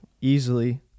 easily